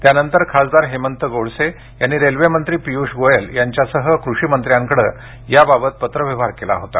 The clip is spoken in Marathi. त्यानंतर खासदार हेमंत गोडसे यांनी रेल्वेमंत्री पियुष गोयल यांच्यासह कृषिमंत्र्यांकडे याबाबत पत्र व्यवहार केला होता